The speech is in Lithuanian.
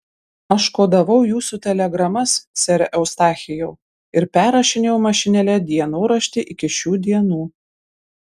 aš kodavau jūsų telegramas sere eustachijau ir perrašinėjau mašinėle dienoraštį iki šių dienų